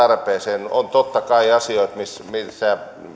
se tulee tarpeeseen on totta kai tilanteita missä